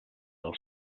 del